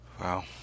Wow